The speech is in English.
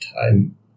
time